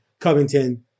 Covington